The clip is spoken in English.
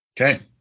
Okay